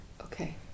Okay